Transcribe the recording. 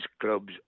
clubs